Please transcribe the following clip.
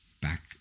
back